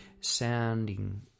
sounding